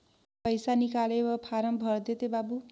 पइसा निकाले बर फारम भर देते बाबु?